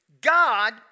God